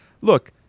Look